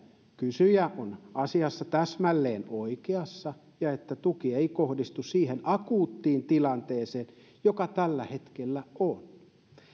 kysyjä on asiassa täsmälleen oikeassa ja että tuki ei kohdistu siihen akuuttiin tilanteeseen joka tällä hetkellä on